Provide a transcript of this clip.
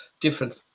different